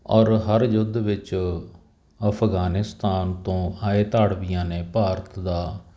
ਔਰ ਹਰ ਯੁੱਧ ਵਿੱਚ ਅਫਗਾਨਿਸਤਾਨ ਤੋਂ ਆਏ ਧਾੜਵੀਆਂ ਨੇ ਭਾਰਤ ਦਾ